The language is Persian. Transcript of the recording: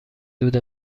دود